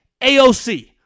AOC